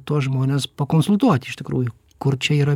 tuos žmones pakonsultuoti iš tikrųjų kur čia yra